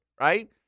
right